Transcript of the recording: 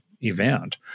event